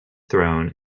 thrown